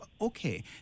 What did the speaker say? Okay